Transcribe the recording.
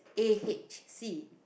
A_H_C